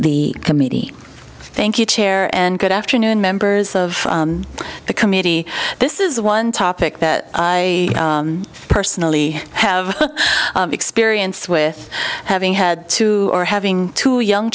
the committee thank you chair and good afternoon members of the committee this is one topic that i personally have experience with having had two or having two young